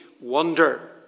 wonder